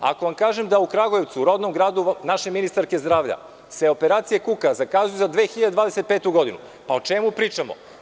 Ako vam kažem da u Kragujevcu, rodnom gradu naše ministarke zdravlja, operacija kuka se zakazuju za 2025. godinu, pa o čemu pričamo?